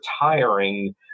retiring